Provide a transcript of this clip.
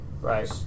right